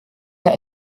der